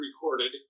recorded